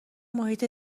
محیط